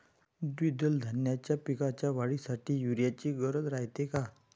द्विदल धान्याच्या पिकाच्या वाढीसाठी यूरिया ची गरज रायते का?